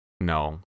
No